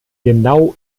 genau